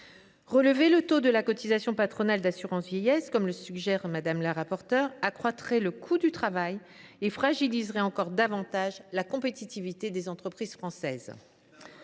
Relever le taux de la cotisation patronale d’assurance vieillesse, comme le suggère Mme la rapporteure, accroîtrait le coût du travail et fragiliserait encore davantage la compétitivité des entreprises françaises.